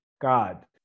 God